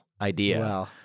idea